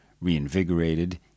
Reinvigorated